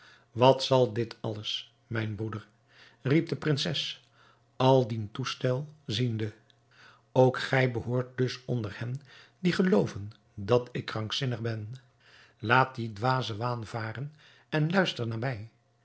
wat zal dit alles mijn broeder riep de prinses al dien toestel ziende ook gij behoort dus onder hen die gelooven dat ik krankzinnig ben laat dien dwazen waan varen en luister naar mij